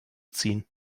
ziehen